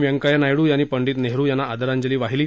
वेंकय्या नायडू यांनी पंडित नेहरू यांना आदरांजली वाहिली